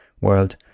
world